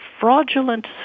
fraudulent